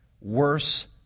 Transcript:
worse